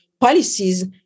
policies